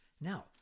Now